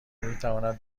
میتواند